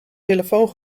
telefoon